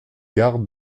gardes